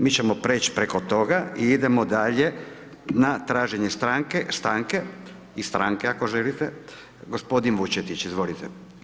Mi ćemo preć preko toga i idemo dalje na traženje stranke, stanke i stranke ako želite, g. Vučetić, izvolite.